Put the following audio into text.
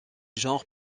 genre